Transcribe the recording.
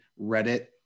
Reddit